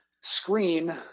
screen